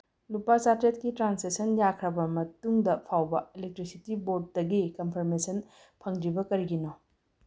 ꯂꯨꯄꯥ ꯆꯥꯇ꯭ꯔꯦꯠꯀꯤ ꯇ꯭ꯔꯥꯟꯖꯦꯛꯁꯟ ꯌꯥꯈ꯭ꯔꯕ ꯃꯇꯨꯡꯗ ꯐꯥꯎꯕ ꯏꯂꯦꯛꯇ꯭ꯔꯤꯁꯤꯇꯤ ꯕꯣꯔꯠꯇꯒꯤ ꯀꯝꯐꯔꯃꯦꯁꯟ ꯐꯪꯗ꯭ꯔꯤꯕ ꯀꯔꯤꯒꯤꯅꯣ